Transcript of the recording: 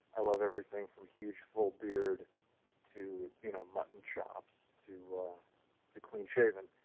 i love everything from huge full beard to you know mutton chops to ah to clean shaving.